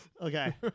Okay